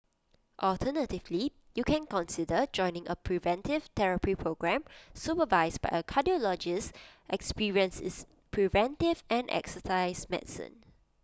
alternatively you can consider joining A preventive therapy programme supervised by A cardiologist experienced in preventive and exercise medicine